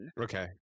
Okay